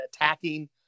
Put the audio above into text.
attacking